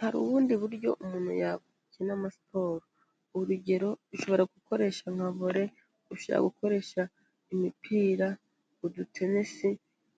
Hari ubundi buryo umuntu yakinamo siporo, urugero ushobora gukoresha nka volley, ushobora gukoresha imipira, utudenesi,